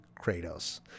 Kratos